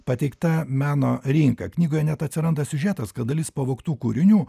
pateikta meno rinka knygoje net atsiranda siužetas kad dalis pavogtų kūrinių